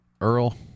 Earl